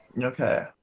Okay